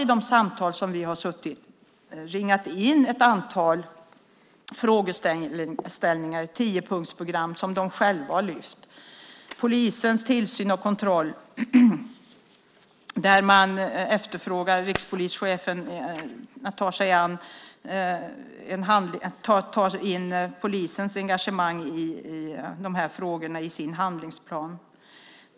I de samtal som vi har haft med taxibranschen har de ringat in ett antal frågeställningar i ett tiopunktsprogram som de själva har tagit fram. Det gäller polisens tillsyn och kontroll. Man efterfrågar att rikspolischefen tar in polisens engagemang i de här frågorna i sin handlingsplan.